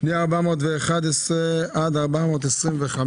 פנייה 411 עד 425,